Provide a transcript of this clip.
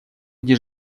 где